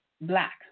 black